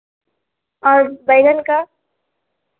और बैंगन का